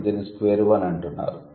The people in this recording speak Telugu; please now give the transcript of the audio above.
ఇప్పుడు దీనిని స్క్వేర్ వన్ అంటున్నారు